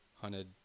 hunted